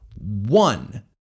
One